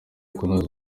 kunoza